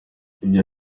ibyo